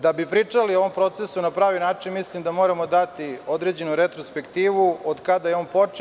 Da bi pričali o ovom procesu na pravi način, mislim da moramo dati određenu retrospektivu od kada je on počeo.